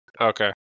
Okay